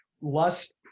Lust